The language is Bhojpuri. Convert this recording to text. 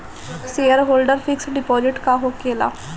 सेयरहोल्डर फिक्स डिपाँजिट का होखे ला?